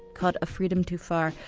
called a freedom too far,